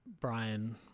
Brian